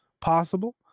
possible